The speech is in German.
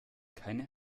keine